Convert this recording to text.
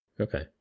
Okay